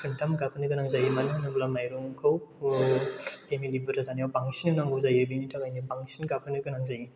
खनथाम गाबहोनो गोनां जायो मानो होनोब्ला माइरंखौ फेलिमि बुरजा जानायाव बांसिन होनांगौ जायो बिनि थाखायनो बांसिन गाबहोनो गोनां जायो